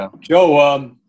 Joe